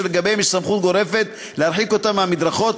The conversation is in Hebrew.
אשר לגביהם יש סמכות גורפת להרחיק אותם מהמדרכות,